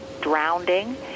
drowning